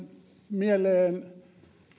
mieleen